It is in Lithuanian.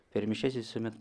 per mišias visuomet